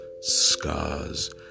scars